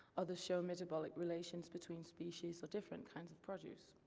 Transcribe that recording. others show metabolic relations between species of different kinds of produce.